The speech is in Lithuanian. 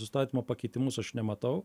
įstatymo pakeitimus aš nematau